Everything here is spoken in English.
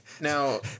now